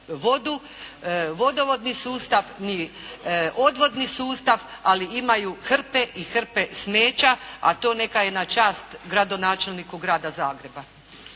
vodovodni sustav ni odvodni sustav ali imaju hrpe i hrpe smeća a to neka je na čast gradonačelniku grada Zagreba.